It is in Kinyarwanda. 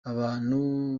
abantu